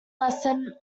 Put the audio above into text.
lesson